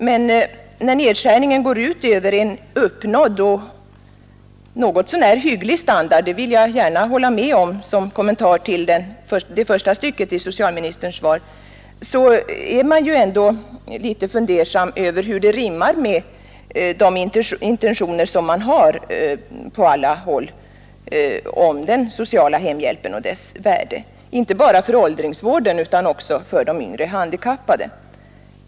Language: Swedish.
Men när nedskärningen går ut över en uppnådd och något så när hygglig standard — det vill jag gärna hålla med om, som kommentar till det första stycket i socialministerns svar — är man ändå litet fundersam över hur det rimmar med de intentioner som finns på alla håll om den sociala hemhjälpen och dess värde inte bara för åldringarna utan också för de yngre handikappade.